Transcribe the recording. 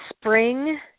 spring